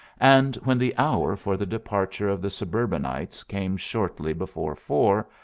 and when the hour for the departure of the suburbanites came shortly before four,